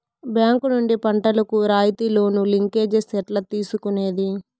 Bank నుండి పంటలు కు రాయితీ లోను, లింకేజస్ ఎట్లా తీసుకొనేది?